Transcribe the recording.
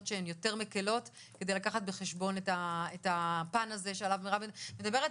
שהן יותר מקלות כדי לקחת בחשבון את הפן הזה שעליו מירב מדברת,